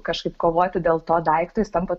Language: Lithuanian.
kažkaip kovoti dėl to daikto jis tampa